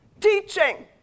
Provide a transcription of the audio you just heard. Teaching